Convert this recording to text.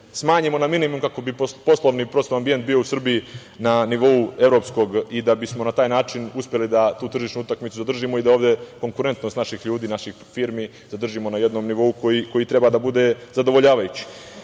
smanjimo na minimum kako bi poslovni ambijent bio u Srbiji na nivou evropskog i da bi smo na taj način uspeli da tu tržišnu utakmicu zadržimo i da ovde konkurentnost naših ljudi, naših firmi, zadržimo na jednom nivou koji treba da bude zadovoljavajuć. Kod